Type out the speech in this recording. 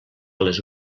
les